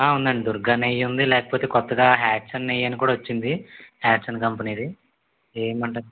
ఉందండి దుర్గా నేయ్యుంది లేకపోతే కొత్తగా హేచన్ నెయ్యని కూడా వచ్చింది హేచన్ కంపెనీది ఏం ఇమ్మంటారు